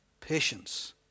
patience